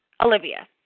Olivia